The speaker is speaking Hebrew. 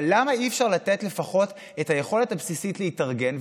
אבל למה אי-אפשר לתת לפחות את היכולת הבסיסית להתארגן,